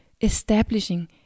establishing